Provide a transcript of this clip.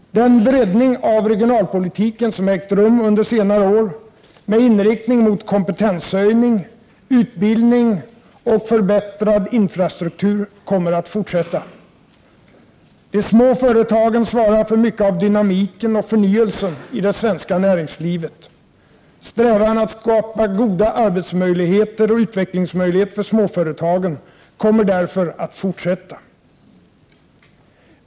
Den breddning av regionalpolitiken som ägt rum under senare år, med inriktning mot kompetenshöjning, utbildning och förbättrad infrastruktur, kommer att fortsätta. De små företagen svarar för mycket av dynamiken och förnyelsen i det svenska näringslivet. Strävan att skapa goda arbetsmöjligheter och utvecklingsmöjligheter för småföretagen kommer därför att fortsätta.